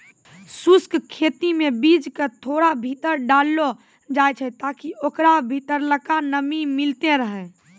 शुष्क खेती मे बीज क थोड़ा भीतर डाललो जाय छै ताकि ओकरा भीतरलका नमी मिलतै रहे